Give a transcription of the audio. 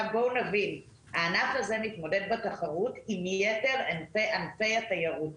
בוא נבין שהענף הזה מתמודד בתחרות עם יתר ענפי התיירות,